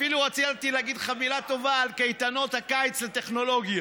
אפילו רציתי להגיד לך מילה טובה על קייטנות הקיץ הטכנולוגיות.